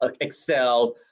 excel